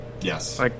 Yes